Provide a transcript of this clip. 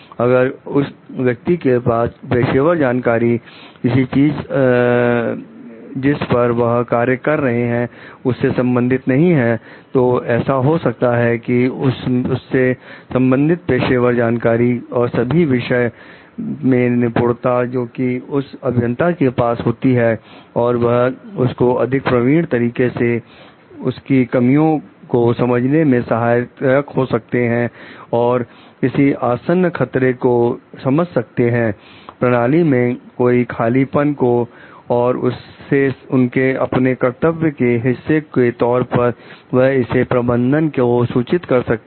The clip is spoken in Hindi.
अगर उस व्यक्ति के पास पेशेवर जानकारी किसी चीज जिस पर वह कार्य कर रहे हैं उससे संबंधित नहीं है तो ऐसा हो सकता है कि उससे संबंधित पेशेवर जानकारी और सभी विषय में निपुणता जो कि एक अभियंता के पास होती है और वह उनको अधिक प्रवीण तरीके से उसकी कमियों को समझने में सहायक हो सकते हैं और किसी आसन्न खतरे को समझ सकते हैं प्रणाली में कोई खालीपन को और उनके अपने कर्तव्य के हिस्से के तौर पर वह इसे प्रबंधक को सूचित कर सकते हैं